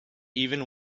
even